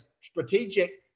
strategic